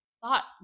thought